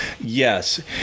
yes